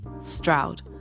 Stroud